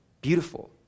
Beautiful